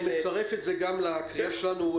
אני מצרף את זה גם לקריאה שלנו.